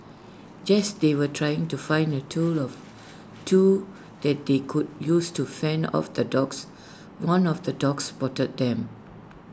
just they were trying to find A tool of two that they could use to fend off the dogs one of the dogs spotted them